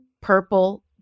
purple